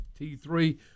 T3